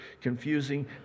confusing